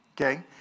Okay